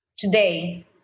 Today